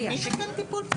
כי אין.